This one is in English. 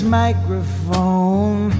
microphone